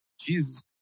Jesus